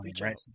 right